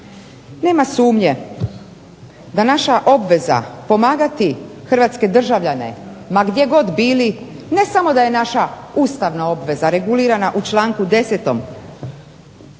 Nema sumnje da naša obveza pomagati hrvatske državljane ma gdje god bili ne samo da je naša ustavna obveza regulirana u članku 10.